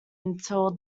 until